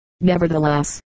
nevertheless